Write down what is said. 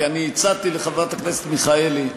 כי אני הצעתי לחברת הכנסת מיכאלי,